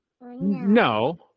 No